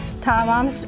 Tom